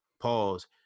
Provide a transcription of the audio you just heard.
pause